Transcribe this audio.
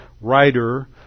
writer